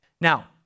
Now